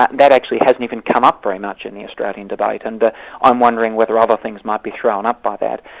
that and that actually hasn't even come up very much in the australian debate, and i'm wondering whether other things might be thrown up by that.